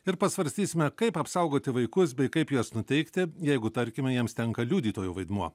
ir pasvarstysime kaip apsaugoti vaikus bei kaip juos nuteikti jeigu tarkime jiems tenka liudytojo vaidmuo